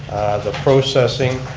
the processing,